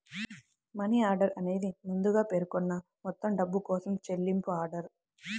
money order అనేది ముందుగా పేర్కొన్న మొత్తం డబ్బు కోసం చెల్లింపు ఆర్డర్